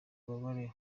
ububabare